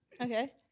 Okay